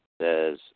says